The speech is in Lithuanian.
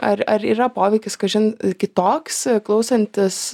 ar ar yra poveikis kažin kitoks klausantis